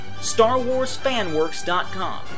StarWarsFanWorks.com